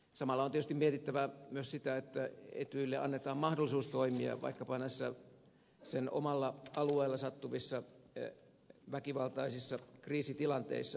samalla on tietysti mietittävä myös sitä että etyjille annetaan mahdollisuus toimia vaikkapa näissä sen omalla alueella sattuvissa väkivaltaisissa kriisitilanteissa